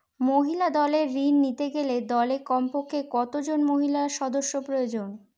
মহিলা দলের ঋণ নিতে গেলে দলে কমপক্ষে কত জন মহিলা সদস্য প্রয়োজন?